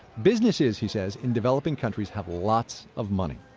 businesses, he says, in developing countries have lots of money.